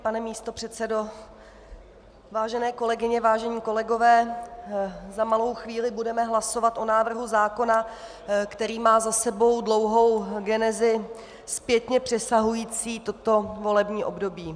Pane místopředsedo, vážené kolegyně, vážení kolegové, za malou chvíli budeme hlasovat o návrhu zákona, který má za sebou dlouhou genezi zpětně přesahující toto volební období.